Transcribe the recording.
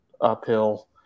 uphill